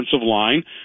line